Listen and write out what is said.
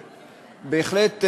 בהחלט,